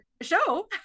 Show